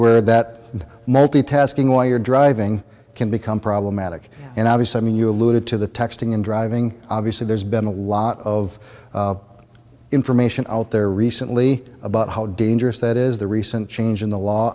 word that multitasking while you're driving can become problematic and obvious i mean you alluded to the texting and driving obviously there's been a lot of information out there recently about how dangerous that is the recent change in the law